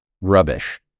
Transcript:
rubbish